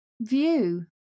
view